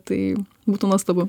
tai būtų nuostabu